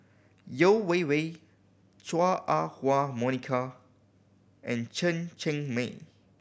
Yeo Wei Wei Chua Ah Huwa Monica and Chen Cheng Mei